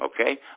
okay